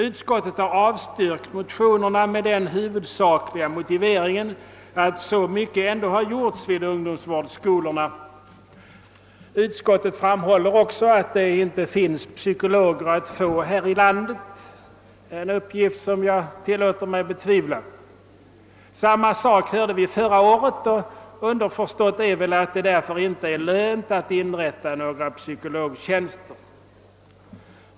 Utskottet har avstyrkt motionerna med den huvudsakliga motiveringen att så mycket ändå har gjorts vid ungdomsvårdsskolorna. Utskottet framhåller också att det inte finns psykologer att få här i landet — en uppgift som jag tillåter mig betvivla. Samma sak hörde vi förra året, och underförstått är väl att det därför inte är lönt att inrätta några psykologtjänster.